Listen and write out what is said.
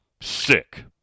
sick